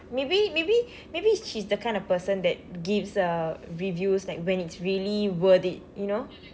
maybe maybe maybe she's the kind of person that gives uh reviews like when it's really worth it you know